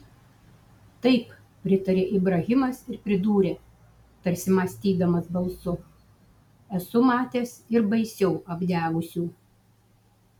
taip pritarė ibrahimas ir pridūrė tarsi mąstydamas balsu esu matęs ir baisiau apdegusių